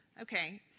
Okay